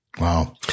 Wow